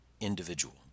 individual